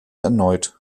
erneut